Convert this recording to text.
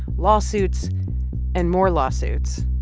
lawsuits and more lawsuits.